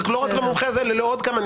לא רק למומחה הזה אלא לעוד כמה,